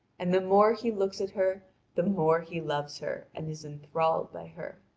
and the more he looks at her the more he loves her and is enthralled by her.